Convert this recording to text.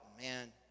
Man